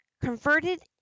converted